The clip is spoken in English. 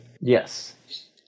Yes